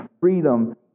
freedom